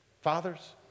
fathers